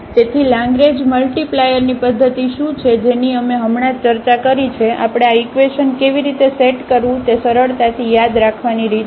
તેથી લેગ્રેંજ મલ્ટીપ્લાયરની પદ્ધતિ શું છે જેની અમે હમણાં જ ચર્ચા કરી છે આપણે આ ઇકવેશન કેવી રીતે સેટ કરવું તે સરળતાથી યાદ રાખવાની રીત છે